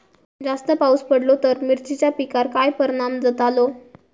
जास्त पाऊस पडलो तर मिरचीच्या पिकार काय परणाम जतालो?